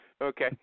Okay